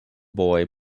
boy